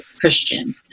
christian